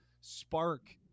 spark